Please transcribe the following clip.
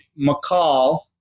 McCall